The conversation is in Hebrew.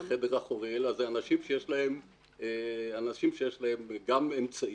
חדר אחורי אלא אלה אנשים שיש להם גם אמצעים,